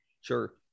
Sure